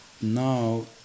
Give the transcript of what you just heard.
now